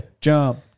Jump